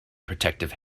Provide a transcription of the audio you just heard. protective